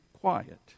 quiet